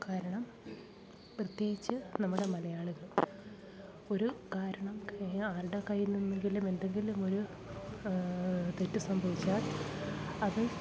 കാരണം പ്രത്യേകിച്ച് നമ്മുടെ മലയാളികൾ ഒരു കാരണം കേ ആരുടെ കയ്യിൽ നിന്നെങ്കിലും എന്തെങ്കിലുമൊരു തെറ്റ് സംഭവിച്ചാൽ അത്